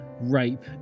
rape